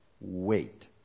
wait